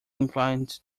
inclined